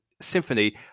symphony